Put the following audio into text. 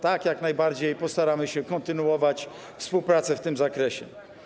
Tak, jak najbardziej, postaramy się kontynuować współpracę w tym zakresie.